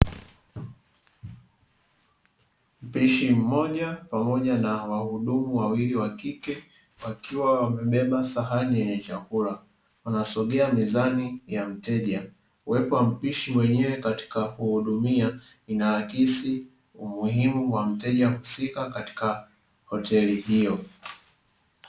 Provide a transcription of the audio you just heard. Mpishi mmoja pamoja na wahudumu wawili wa kike wakiwa wamebeba sahani yenye chakula wanasogea mezani ya mteja, uwepo wa mpishi wenyewe katika kuhudumia ina akisi umuhimu wa mteja husika katika hoteli hiyo.